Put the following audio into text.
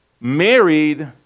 married